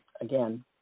again